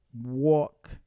walk